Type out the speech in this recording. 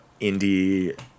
indie